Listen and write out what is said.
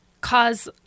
cause